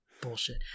Bullshit